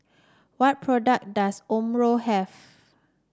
what product does Omron have